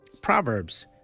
Proverbs